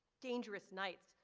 dangerous nights,